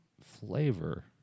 flavor